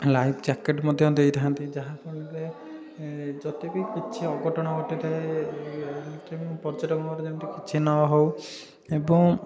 life jacket ମଧ୍ୟ ଦେଇଥାନ୍ତି ଯାହାଫଳରେ ଯଦି ବି କିଛି ଅଘଟଣ ଘଟିଥାଏ ପଛରେ ମୁଁ ଯେମିତି ମୋର କିଛି ନ ହେଉ ଏବଂ